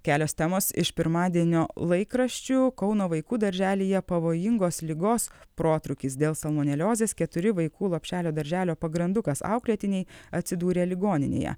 kelios temos iš pirmadienio laikraščių kauno vaikų darželyje pavojingos ligos protrūkis dėl salmoneliozės keturi vaikų lopšelio darželio pagrandukas auklėtiniai atsidūrė ligoninėje